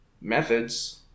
methods